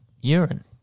urine